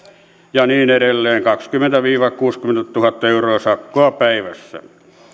ja edelleen kaksikymmentätuhatta viiva kuusikymmentätuhatta euroa sakkoa päivässä